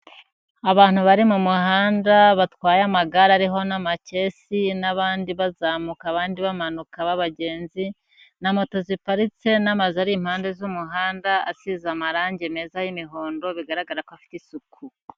Abantu bari mu muhanda batwaye amagare ariho n'amakesi n'abandi bazamuka, abandi bamanuka b'abagenzi, na moto ziparitse n'amazu ari impande z'umuhanda asize amarangi meza y'imihondo bigaragara ko afite isuku.